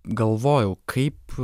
galvojau kaip